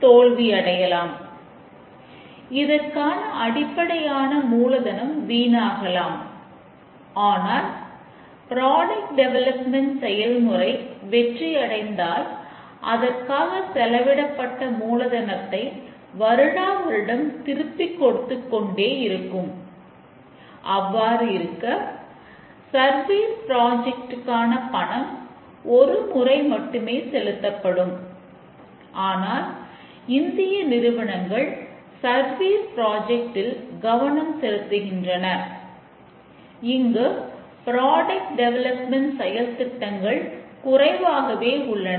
நம்முடைய எதிர்பார்ப்பிற்கு ப்ரோக்ராம் அடையாளம் காண்பதற்கு பிழைத்திருத்தம் செய்யப்படுகிறது பிறகு அவை திருத்தப்படுகின்றன